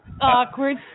awkward